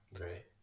right